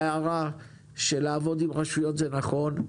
ההערה לפיה יש לעבוד עם הרשויות, היא נכונה.